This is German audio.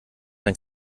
dann